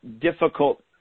difficult